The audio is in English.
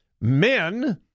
men